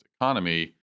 economy